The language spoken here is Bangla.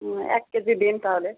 হুম এক কেজি দিন তাহলে